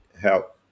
help